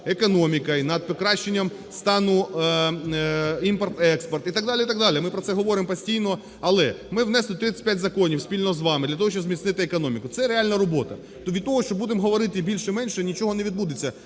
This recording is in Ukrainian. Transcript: економікою, над покращенням стану імпорт-експорт і так далі, і так далі. Ми про це говоримо постійно, але ми внесли 35 законів спільно з вами для того, щоб зміцнити економіку, це реальна робота. То від того, що будемо говорити більше-менше, нічого не відбудеться.